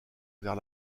vers